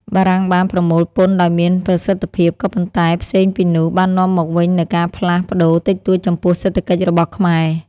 បារាំងបាន ប្រមូលពន្ធដោយមានប្រសិទ្ធិភាព ក៏ប៉ុន្តែផ្សេងពីនោះ បាននាំមកវិញនូវការផ្លាស់ ប្តូរតិចតួចចំពោះសេដ្ឋកិច្ចរបស់ខ្មែរ។